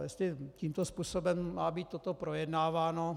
Jestli tímto způsobem má být toto projednáváno...